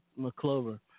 McClover